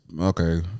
Okay